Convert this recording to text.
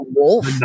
wolf